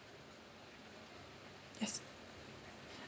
yes